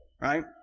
right